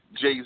Jay